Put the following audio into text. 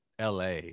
la